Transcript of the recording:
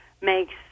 makes